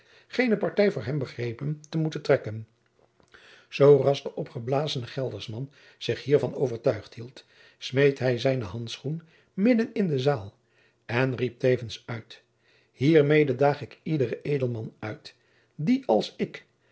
geene partij voor hem begrepen te moeten trekken zooras de opgeblazene gelderschman zich hiervan overtuigd hield smeet hij zijne handschoen middel in de zaal en riep tevens uit hiermede daag ik iederen edelman uit die als ik